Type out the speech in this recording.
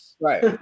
Right